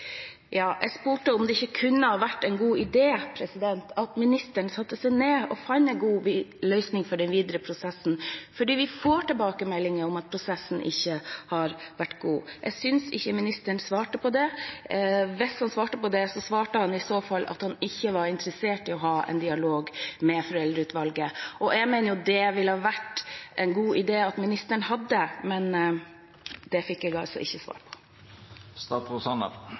Jeg spurte om det ikke kunne ha vært en god idé at ministeren satte seg ned og fant en god løsning for den videre prosessen fordi vi får tilbakemeldinger om at prosessen ikke har vært god. Jeg synes ikke ministeren svarte på det. Hvis han svarte på det, svarte han i så fall at han ikke var interessert i å ha en dialog med Foreldreutvalget. Jeg mener jo det ville ha vært en god idé at ministeren hadde det, men det fikk jeg altså ikke svar